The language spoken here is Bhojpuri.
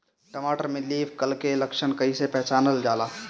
टमाटर में लीफ कल के लक्षण कइसे पहचानल जाला?